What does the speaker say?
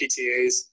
PTAs